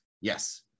yes